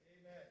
Amen